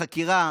החקירה